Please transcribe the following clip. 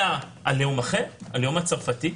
מדובר על לאום אחר, על הלאום הצרפתי.